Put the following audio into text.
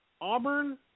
Auburn